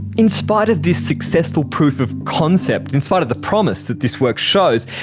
in spite of this successful proof of concept, in spite of the promise that this work shows,